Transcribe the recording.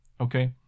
Okay